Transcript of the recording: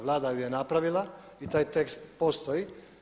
Vlada ju je napravila i taj tekst postoji.